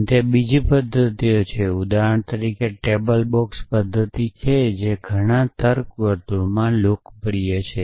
અને ત્યાં બીજી પદ્ધતિઓ છે ઉદાહરણ તરીકે તે ટેબલ ઑક્સ પદ્ધતિ છે જે ઘણા તર્ક વર્તુળોમાં ખૂબ લોકપ્રિય છે